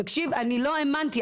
תקשיב אני לא האמנתי.